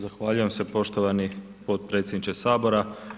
Zahvaljujem se poštovani potpredsjedniče Sabora.